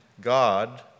God